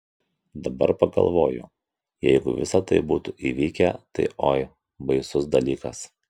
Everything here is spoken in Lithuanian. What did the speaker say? dabar pagalvoju jeigu visa tai būtų įvykę tai oi baisus dalykas